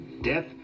death